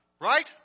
right